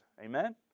Amen